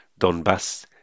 Donbass